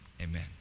amen